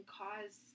cause